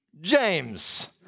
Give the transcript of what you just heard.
James